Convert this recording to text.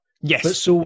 Yes